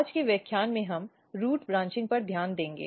आज के व्याख्यान में हम रूट ब्रांचिंग पर ध्यान देंगे